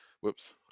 Whoops